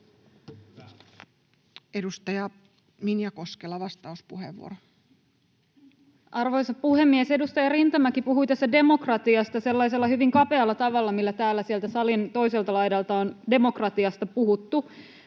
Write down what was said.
laeiksi Time: 22:32 Content: Arvoisa puhemies! Edustaja Rintamäki puhui tässä demokratiasta sellaisella hyvin kapealla tavalla, millä täällä sieltä salin toiselta laidalta on demokratiasta puhuttu.